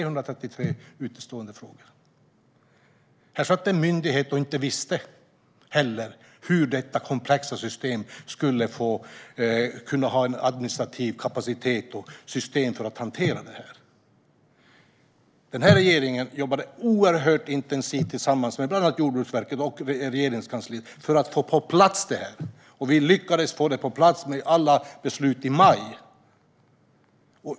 Här satt det en myndighet som inte visste hur man skulle kunna ha en administrativ kapacitet och ett system för att hantera detta komplexa system. Den här regeringen jobbade oerhört intensivt tillsammans med bland andra Jordbruksverket och Regeringskansliet för att få detta på plats. Vi lyckades få det på plats, med alla beslut, i maj.